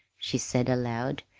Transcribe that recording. she said aloud.